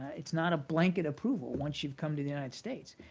it's not a blanket approval once you've come to the united states.